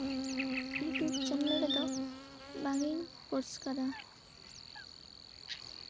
YouTube channel ᱨᱮᱫᱚ ᱵᱟᱝ ᱤᱧ ᱠᱳᱨᱥ ᱟᱠᱟᱫᱟ